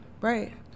Right